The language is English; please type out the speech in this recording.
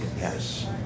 Yes